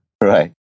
Right